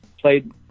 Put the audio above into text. played